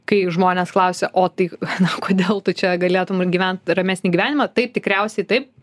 kai žmonės klausia o tai na kodėl tu čia galėtum gyvent ramesnį gyvenimą taip tikriausiai taip